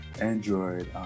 Android